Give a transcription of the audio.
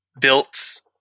built